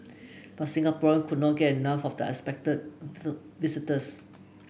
but Singaporean could not get enough of the unexpected visitors